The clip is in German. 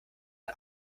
der